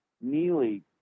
Neely